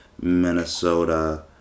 Minnesota